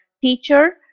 teacher